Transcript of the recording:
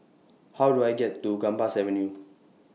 How Do I get to Gambas Avenue